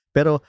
Pero